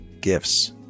gifts